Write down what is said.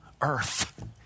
earth